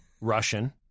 Russian